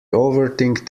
overthink